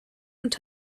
und